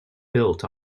built